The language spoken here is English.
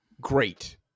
great